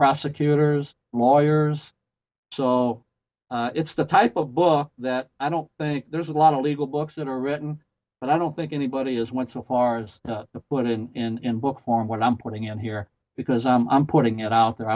prosecutors lawyers so it's the type of book that i don't think there's a lot of legal books that are written but i don't think anybody has went so far as the put in book form what i'm putting in here because i'm putting it out there